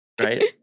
right